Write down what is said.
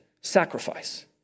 sacrifice